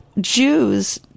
Jews